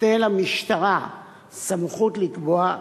מקנה למשטרה סמכות לקבוע,